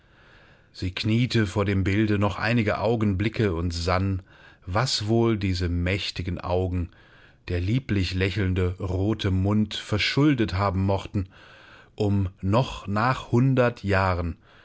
sie kniete vor dem bilde noch einige augenblicke und sann was wohl diese mächtigen augen der lieblich lächelnde rote mund verschuldet haben mochten um noch nach hundert jahren